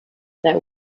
their